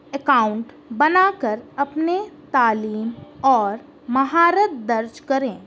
count بنا کر اپنے تعلیم اور مہارت درج کریں